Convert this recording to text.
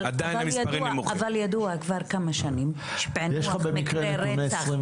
אבל ידוע כבר כמה שנים שפענוח מקרי רצח